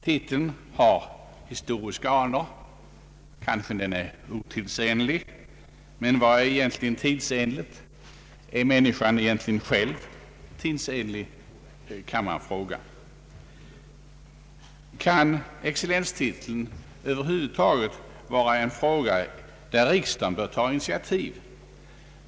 Titeln har historiska anor. Kanske den är otidsenlig, men vad är egentligen tidsenligt? Är människan egentligen själv tidsenlig? Kan excellenstiteln över huvud taget vara en fråga där riksdagen bör ta initiativ?